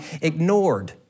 ignored